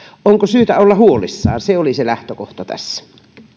onko syytä olla huolissaan se oli se lähtökohta tässä